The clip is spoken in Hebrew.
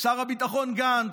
שר הביטחון גנץ,